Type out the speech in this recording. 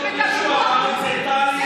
זה כל כך ממלכתי.